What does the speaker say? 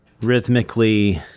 rhythmically